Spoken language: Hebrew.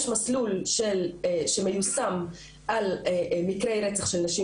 יש מסלול שמיושם על מקרי רצח של נשים